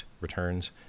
returns